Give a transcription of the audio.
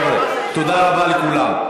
חבר'ה, תודה רבה לכולם.